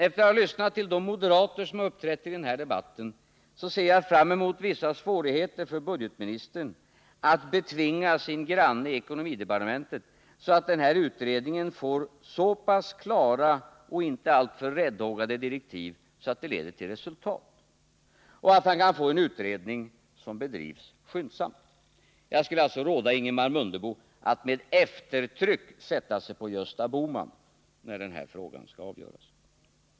Efter att ha lyssnat till de moderater som uppträtt i den här debatten ser jag fram emot vissa svårigheter för budgetministern att betvinga sin granne i ekonomidepartementet så att den här utredningen får så pass klara och inte alltför räddhågade direktiv att den leder till resultat — och att han kan få en utredning som bedrives skyndsamt. Jag skulle alltså råda Ingemar Mundebo att med eftertryck sätta sig på Gösta Bohman när den här frågan skall avgöras.